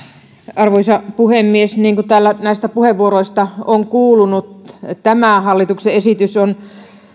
arvoisa puhemies niin kuin täällä näistä puheenvuoroista on kuulunut tämä hallituksen esitys on